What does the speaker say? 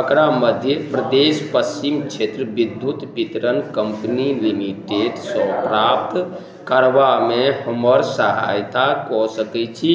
एकरा मध्य प्रदेश पच्छिम क्षेत्र विद्युत वितरण कम्पनी लिमिटेडसँ प्राप्त करबामे हमर सहायता कऽ सकै छी